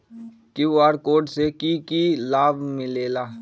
QR code से कि कि लाव मिलेला?